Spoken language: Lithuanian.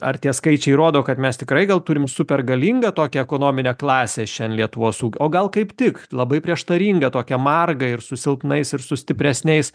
ar tie skaičiai rodo kad mes tikrai gal turim super galingą tokią ekonominę klasę šiadien lietuvos ūkiui o gal kaip tik labai prieštaringą tokią margą ir su silpnais ir su stipresniais